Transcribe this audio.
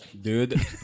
Dude